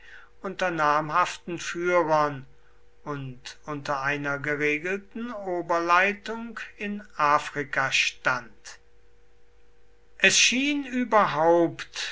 unter namhaften führern und unter einer geregelten oberleitung in afrika stand es schien überhaupt